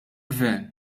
gvern